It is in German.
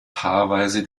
paarweise